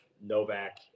Novak